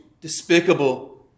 despicable